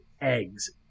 eggs